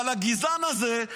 אבל הגזען הזה,